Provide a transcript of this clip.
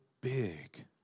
big